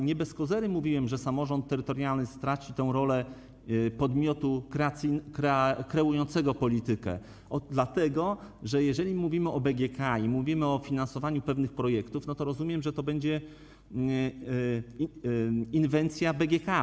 Nie bez kozery mówiłem, że samorząd terytorialny straci tę rolę podmiotu kreującego politykę, dlatego że jeżeli mówimy o BGK i o finansowaniu pewnych projektów, to rozumiem, że to będzie inwencja BGK.